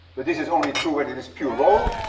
but this is only true when it is pure roll.